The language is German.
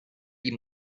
ihm